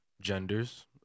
genders